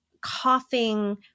coughing